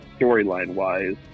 storyline-wise